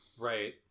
right